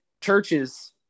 churches